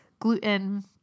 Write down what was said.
gluten